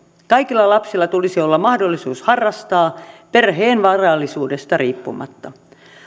kaikilla lapsilla tulisi olla mahdollisuus harrastaa perheen varallisuudesta riippumatta